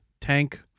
tank